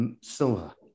silver